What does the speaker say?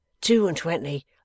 two-and-twenty